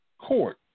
court